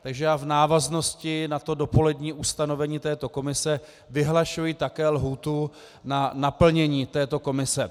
Takže já v návaznosti na dopolední ustanovení této komise vyhlašuji také lhůtu na naplnění této komise.